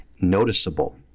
noticeable